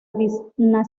dinastía